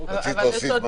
רצית להוסיף משהו?